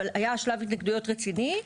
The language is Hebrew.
אבל היה שלב התנגדויות רציני.